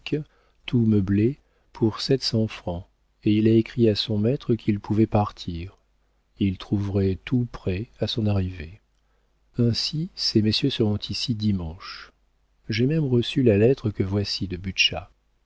tout meublé pour sept cents francs et il a écrit à son maître qu'il pouvait partir il trouverait tout prêt à son arrivée ainsi ces messieurs seront ici dimanche j'ai même reçu la lettre que voici de